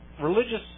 religious